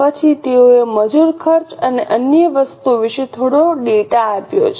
પછી તેઓએ મજૂર ખર્ચ અને અન્ય વસ્તુઓ વિશે થોડો ડેટા આપ્યો છે